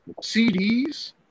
CDs